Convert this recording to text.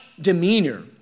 demeanor